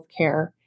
healthcare